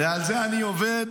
ועל זה אני עובד.